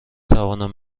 توانم